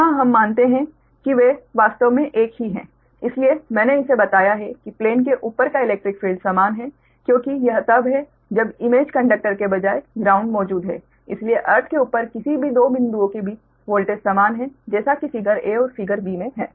यहां हम मानते हैं कि वे वास्तव में एक ही हैं इसलिए मैंने इसे बनाया है कि प्लेन के ऊपर का इलैक्ट्रिक फील्ड समान है क्योंकि यह तब है जब इमेज कंडक्टर के बजाय ग्राउंड मौजूद है इसलिए अर्थ के ऊपर किसी भी 2 बिंदुओं के बीच वोल्टेज समान है जैसा कि फिगर a और फिगर b मे है